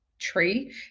Tree